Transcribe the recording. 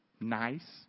Nice